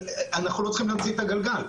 אנחנו לא צריכים להמציא את הגלגל.